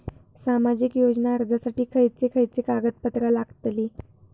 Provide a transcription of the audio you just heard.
सामाजिक योजना अर्जासाठी खयचे खयचे कागदपत्रा लागतली?